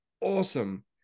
awesome